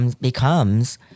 becomes